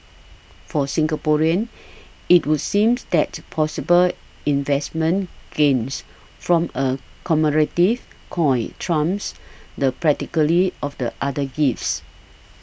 for Singaporeans it would seems that possible investment gains from a commemorative coin trumps the practicality of the other gifts